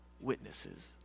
witnesses